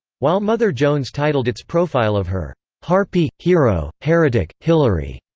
while mother jones titled its profile of her harpy, hero, heretic hillary.